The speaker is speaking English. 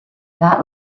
that